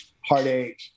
heartache